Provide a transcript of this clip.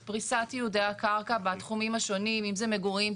את פריסת ייעודי הקרקע בתחומים השונים אם זה מגורים,